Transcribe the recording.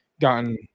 gotten